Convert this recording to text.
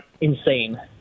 insane